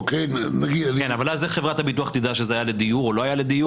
איך חברת הביטוח תדע שזה היה לדיור או לא היה דיור?